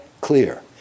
clear